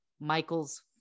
Michael's